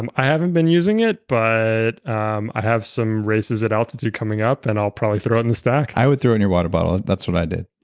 and i haven't been using it, but um i have some races at altitude coming up and i'll probably throw it in the stock i would throw it in your water bottle. that's what i did.